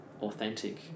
authentic